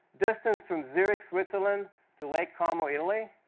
distance from zurich, switzerland to lake como, italy.